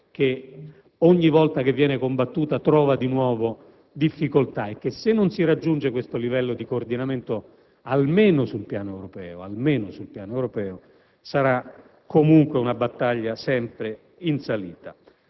ogni volta che viene combattuta, trova nuove difficoltà e se non si raggiunge questo livello di coordinamento, almeno sul piano europeo, sarà comunque sempre difficile.